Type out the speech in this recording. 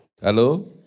Hello